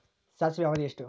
ಸಾಸಿವೆಯ ಅವಧಿ ಎಷ್ಟು?